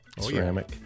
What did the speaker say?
ceramic